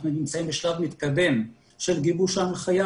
אנחנו נמצאים בשלב מתקדם של גיבוש ההנחיה,